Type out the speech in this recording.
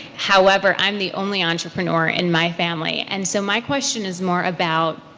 however i'm the only entrepreneur in my family and so my question is more about